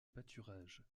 pâturages